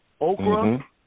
okra